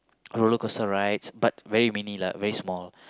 roller coaster rides but very mini lah very small